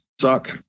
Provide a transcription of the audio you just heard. suck